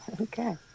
Okay